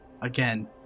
Again